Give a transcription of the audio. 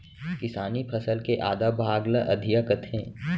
किसानी फसल के आधा भाग ल अधिया कथें